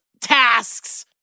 tasks